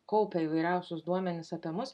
kaupia įvairiausius duomenis apie mus